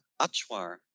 Achuar